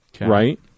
right